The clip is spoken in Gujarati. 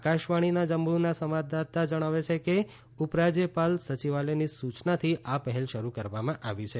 આકાશવાણીના જમ્મુના સંવાદદાતાએ જણાવ્યું છે કે ઉપરાજયપાલ સચિવાલયની સૂચનાથી આ પહેલ શરૂ કરવામાં આવી છે